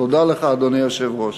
תודה לך, אדוני היושב-ראש.